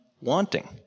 wanting